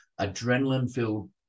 adrenaline-filled